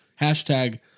Hashtag